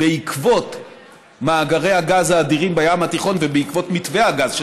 בעקבות מאגרי הגז האדירים בים התיכון ובעקבות מתווה הגז,